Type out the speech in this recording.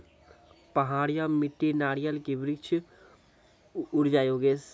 पहाड़िया मिट्टी नारियल के वृक्ष उड़ जाय योगेश?